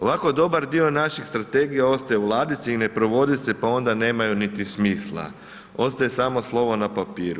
Ovako dobar dio naših strategija ostaje u ladici i ne provode se pa onda nemaju niti smisla, ostaje samo slovo na papiru.